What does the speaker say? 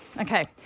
Okay